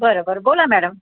बरं बरं बोला मॅडम